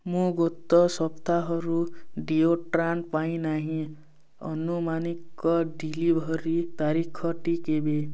ମୁଁ ଗତ ସପ୍ତାହରୁ ଡିଓଡ୍ରାଣ୍ଟ୍ ପାଇ ନାହିଁ ଅନୁମାନିକ ଡେଲିଭରି ତାରିଖଟି କେବେ